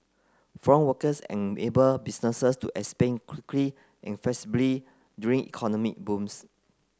foreign workers enable businesses to expand quickly and flexibly during economic booms